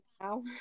now